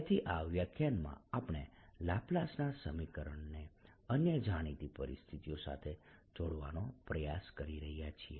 તેથી આ વ્યાખ્યાનમાં આપણે લાપ્લાસના સમીકરણને અન્ય જાણીતી પરિસ્થિતિઓ સાથે જોડવાનો પ્રયાસ કરી રહયા છીએ